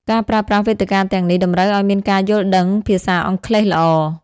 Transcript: ការប្រើប្រាស់វេទិកាទាំងនេះ តម្រូវឱ្យមានការយល់ដឹងភាសាអង់គ្លេសល្អ។